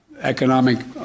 economic